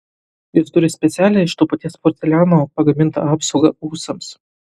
jis turi specialią iš to paties porceliano pagamintą apsaugą ūsams